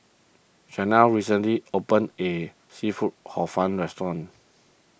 Chanelle recently opened a Seafood Hor Fun restaurant